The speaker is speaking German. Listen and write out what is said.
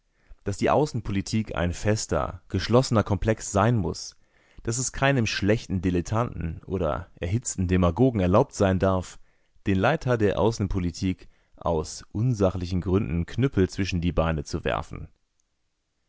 daß die außenpolitik ein fester geschlossener komplex sein muß daß es keinem schlechten dilettanten oder erhitzten demagogen erlaubt sein darf den leitern der außenpolitik aus unsachlichen gründen knüppel zwischen die beine zu werfen